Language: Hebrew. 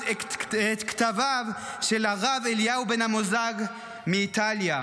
את כתביו של הרב אליהו בן אמוזג מאיטליה.